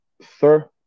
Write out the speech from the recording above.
sir